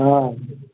हँ